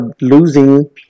losing